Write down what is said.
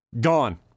gone